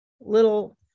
little